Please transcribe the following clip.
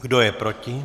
Kdo je proti?